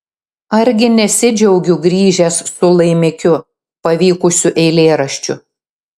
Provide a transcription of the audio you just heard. argi nesidžiaugiu grįžęs su laimikiu pavykusiu eilėraščiu